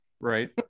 Right